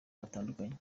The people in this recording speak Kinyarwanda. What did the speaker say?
batandukanye